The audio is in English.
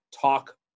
talk